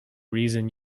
reason